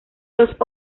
los